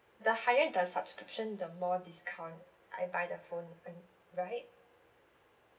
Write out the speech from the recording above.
the higher the subscription the more discount I buy the phone on right